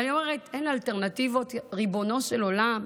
ואני אומרת: אין אלטרנטיבות, ריבונו של עולם,